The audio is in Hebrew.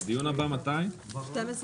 הישיבה ננעלה בשעה